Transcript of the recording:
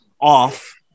off